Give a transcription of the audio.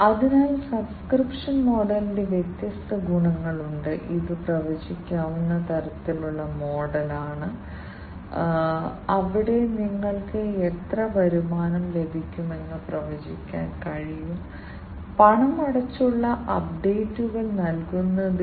ആശുപത്രികളിലെ സ്മാർട്ട് ബെഡുകളിൽ രോഗി താഴെ വീഴുന്നത് തടയുന്ന സെൻസറുകൾ ഉപയോഗിക്കുകയും രോഗികളുടെ ഏതെങ്കിലും തരത്തിലുള്ള ചലനം സംശയാസ്പദമായ ചലനം എന്നിവയെക്കുറിച്ച് റിപ്പോർട്ട് അയയ്ക്കുകയും ചെയ്യുന്നു